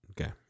Okay